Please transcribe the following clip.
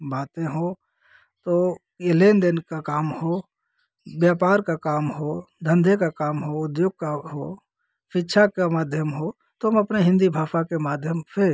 बातें हों तो या लेन देन का काम हो व्यापार का काम हो धन्धे का काम हो उद्योग का हो शिक्षा का माध्यम हो तो हम अपनी हिन्दी भाषा के माध्यम से